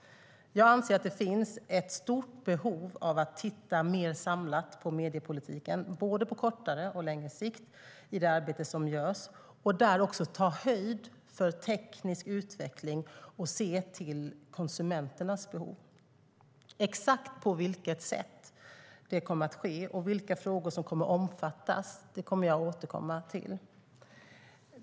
Jag anser att det finns ett stort behov av att titta mer samlat på mediepolitiken på både kortare och längre sikt i det arbete som görs och där också ta höjd för teknisk utveckling och se till konsumenternas behov. Exakt på vilket sätt det kommer att ske och vilka frågor som kommer att omfattas kommer jag att återkomma till.